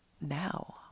now